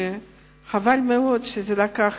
וחבל מאוד שלקח